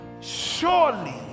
Surely